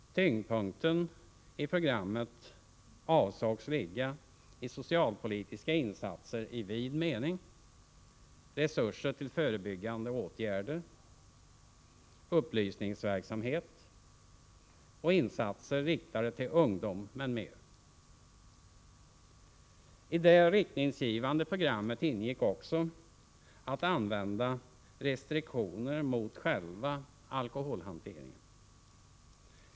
Tyngdpunkten i programmet avsågs ligga i socialpolitiska insatser i vid mening, resurser till förebyggande åtgärder, upplysningsverksamhet och insatser riktade till ungdom m.m. I det riktningsgivande programmet ingick också att man skulle använda restriktioner mot själva alkoholhanteringen.